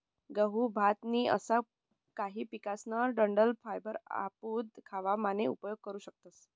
गहू, भात नी असा काही पिकेसकन डंठल फायबर आपू खावा मान उपयोग करू शकतस